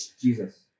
jesus